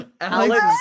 Alex